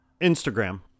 Instagram